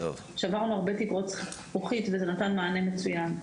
שברנו הרבה תקרות זכוכית, וזה נתן מענה מסוים.